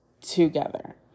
together